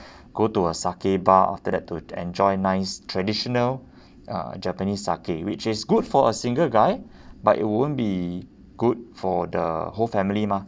go to a sake bar after that to enjoy nice traditional uh japanese sake which is good for a single guy but it won't be good for the whole family mah